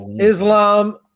Islam